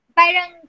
parang